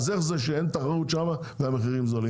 אז איך זה שאין תחרות שם והמחירים זולים?